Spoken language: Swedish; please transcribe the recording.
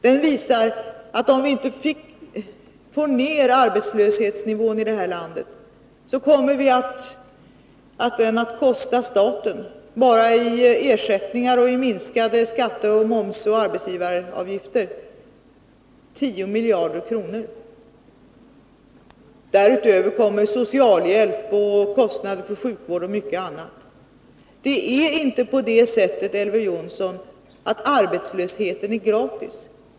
Den visar att om vi inte får ner arbetslöshetsnivån i det här landet, kommer arbetslösheten att kosta staten bara i ersättningar, minskade direkta skatter, moms och arbetsgivaravgifter 10 miljarder kronor. Därutöver kommer socialhjälp, kostnader för sjukvård och mycket annat. Det är inte på det sättet, Elver Jonsson, att arbetslösheten är gratis.